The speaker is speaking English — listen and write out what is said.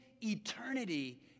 eternity